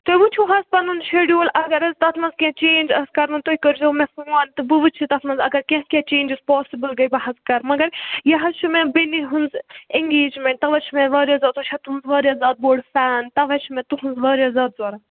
تُہۍ وٕچھِو حظ پَنُن شڈیوٗل اگر حظ تَتھ منٛز کیٚنٛہہ چینٛج آسہِ کَرُن تُہۍ کٔرۍ زیٚو مےٚ فون تہٕ بہٕ وٕچھِ تَتھ منٛز اگر کیٚنٛہہ کیٚنٛہہ چینٛجز پاسِبٕل گٔے بہٕ حظ کَرٕ مگر یہِ حظ چھُ مےٚ بیٚنہِ ہٕنٛز اٮ۪نگیجمٮ۪نٛٹ تَوَے چھُ مےٚ واریاہ زیادٕ سُہ چھا تُہٕنٛز واریاہ زیادٕ بوٚڑ فین تَوَے چھُ مےٚ تُہٕنٛز واریاہ زیادٕ ضوٚرَتھ